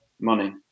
Money